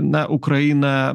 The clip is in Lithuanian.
na ukraina